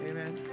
Amen